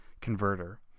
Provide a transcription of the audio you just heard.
converter